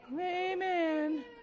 Amen